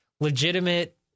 legitimate